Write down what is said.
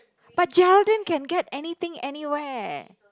but Geraldine can get anything anywhere